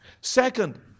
Second